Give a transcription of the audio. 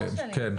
כן.